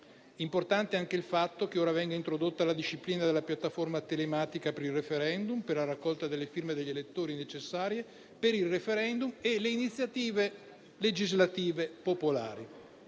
importante anche il fatto che ora venga introdotta la disciplina della piattaforma telematica per il *referendum*, per la raccolta delle firme degli elettori necessarie per i *referendum* e le iniziative legislative popolari.